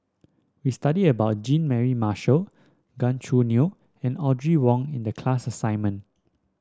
we studied about Jean Mary Marshall Gan Choo Neo and Audrey Wong in the class assignment